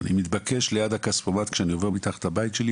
אני מתבקש ליד הכספומט כשאני עובר מתחת לבית שלי,